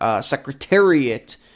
Secretariat